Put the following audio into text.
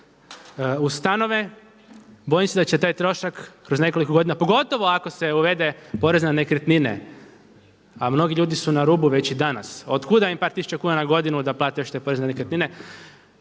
u stanove, bojim se da će taj trošak kroz nekoliko godina, pogotovo ako se uvede porez na nekretnine, a mnogi ljudi su na rubu već i danas, a otkuda im par tisuća kuna na godinu da plate još te porezne nekretnine